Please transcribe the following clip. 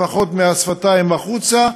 לפחות מהשפתיים החוצה,